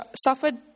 suffered